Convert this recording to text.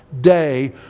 day